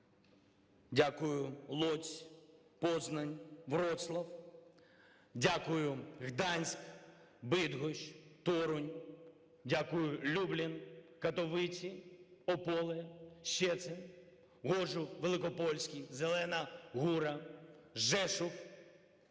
Дякую, Лодзь, Познань, Вроцлав. Дякую, Гданськ, Бидгощ, Торонь. Дякую, Люблін, Катовиці, Ополе, Щецин, Ґожув-Великопольський, Зелена-Гура, Жешув.